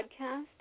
podcast